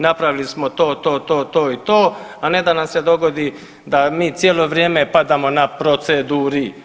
Napravili smo to, to, to i to, a ne da nam se dogodi da mi cijelo vrijeme padamo na proceduri.